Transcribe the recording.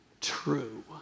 True